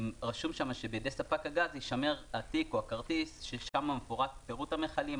רשום שבידי ספק הגז יישמר התיק או הכרטיס ששם מפורט פירוט המכלים,